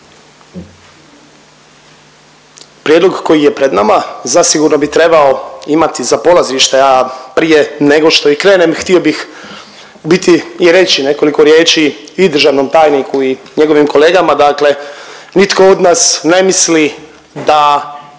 Prijedlog koji je pred nama zasigurno bi trebao imati za polazište, a prije nego što i krenem htio bih biti i reći nekoliko riječi i državnom tajniku i njegovim kolegama. Dakle, nitko od nas ne misli da